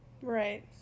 Right